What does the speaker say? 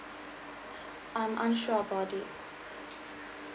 I'm unsure about it